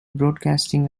broadcasting